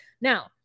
Now